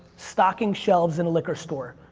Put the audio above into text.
stocking shelves in a liquor store.